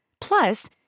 Plus